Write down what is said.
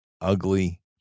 ugly